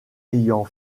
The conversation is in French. ayant